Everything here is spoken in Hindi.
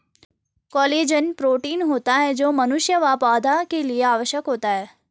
कोलेजन प्रोटीन होता है जो मनुष्य व पौधा के लिए आवश्यक होता है